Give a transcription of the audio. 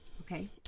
Okay